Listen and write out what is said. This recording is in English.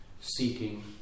seeking